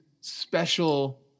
special